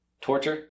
torture